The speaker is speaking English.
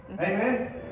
Amen